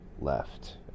left